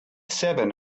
seven